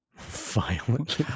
violent